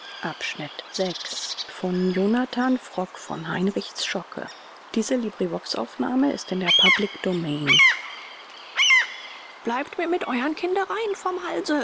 bleibt mir mit euern kindereien vom halse